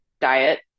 diet